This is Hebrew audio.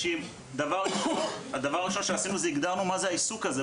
הדבר הראשון שעשינו זה הגדרנו מה זה העיסוק הזה,